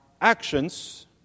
actions